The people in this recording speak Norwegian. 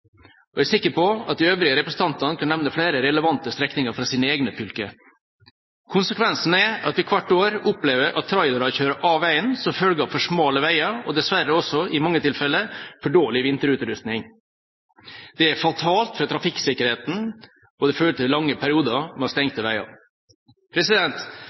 og jeg er sikker på at de øvrige representantene kunne nevnt flere relevante strekninger fra sine egne fylker. Konsekvensene er at vi hvert år opplever at trailere kjører av veien som følge av for smale veier og, dessverre også i mange tilfeller, for dårlig vinterutrustning. Det er fatalt for trafikksikkerheten, og det fører til lange perioder med